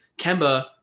Kemba